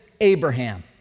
Abraham